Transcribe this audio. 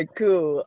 cool